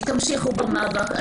תמשיכו במאבק.